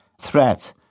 threat